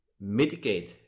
mitigate